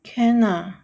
can lah